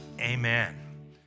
Amen